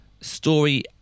story